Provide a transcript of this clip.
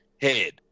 head